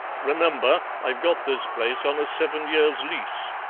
remember, i've got this place on a seven years' lease.